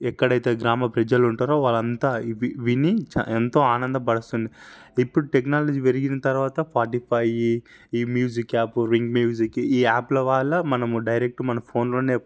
ఎక్కడైతే గ్రామ ప్రజలు ఉంటారో వాళ్ళ అంత ఇవి విని చా ఎంతో ఆనంద పరుస్తుండే ఇప్పుడు టెక్నాలజీ పెరిగిన తరువాత స్పాటిఫై ఈ మ్యూజిక్ యాప్ వింక్ మ్యూజిక్ ఈ యాప్ల వల్ల మనము డైరెక్ట్ మన ఫోన్లోనే